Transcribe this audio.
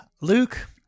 Luke